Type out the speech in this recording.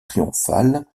triomphal